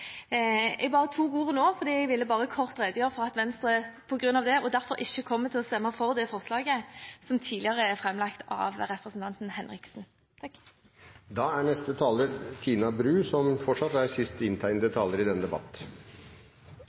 Jeg ba om ordet nå fordi jeg ville redegjøre kort for at Venstre på grunn av dette ikke kommer til å stemme for det forslaget som er framlagt av representanten Henriksen. Da kunnskapsministeren presenterte resultatene i den